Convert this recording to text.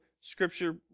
Scripture